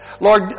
Lord